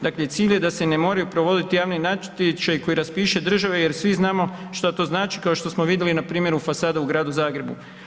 Dakle, cilj je da se ne moraju provoditi javni natječaji koji raspiše država jer svi znamo šta to znači, kao šta smo vidjeli na primjeru fasada u Gradu Zagrebu.